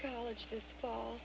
college this fall